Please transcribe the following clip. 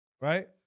right